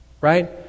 Right